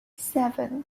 seven